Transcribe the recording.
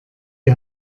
die